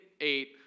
eight